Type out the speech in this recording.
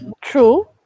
True